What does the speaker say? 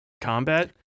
combat